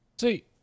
See